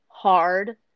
hard